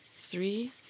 Three